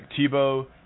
Tebow